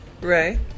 Ray